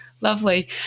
lovely